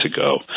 ago